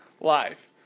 live